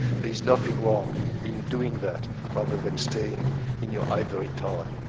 there is nothing wrong in doing that, rather than staying in your ivory tower.